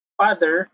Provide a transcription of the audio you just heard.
father